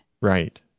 right